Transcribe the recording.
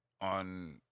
on